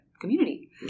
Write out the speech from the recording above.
community